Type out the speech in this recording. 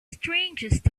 strangest